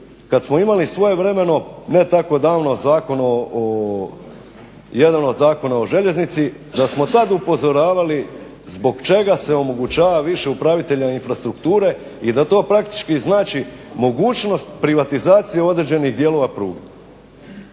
kad smo imali svojevremeno ne tako davno zakon, jedan od zakona o željeznici da smo tad upozoravali zbog čega se omogućava više upravitelja infrastrukture i da to praktički znači mogućnost privatizacije određenih dijelova pruge.